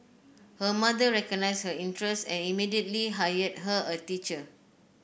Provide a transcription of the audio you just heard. her mother recognised her interest and immediately hired her a teacher